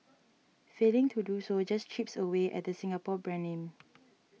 failing to do so just chips away at the Singapore brand name